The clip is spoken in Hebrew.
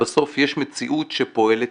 בסוף יש מציאות שפועלת,